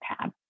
tab